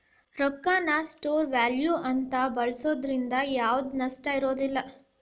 ರೊಕ್ಕಾನ store value ಅಂತ ಬಳ್ಸೋದ್ರಿಂದ ಯಾವ್ದ್ ನಷ್ಟ ಇರೋದಿಲ್ಲ